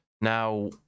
Now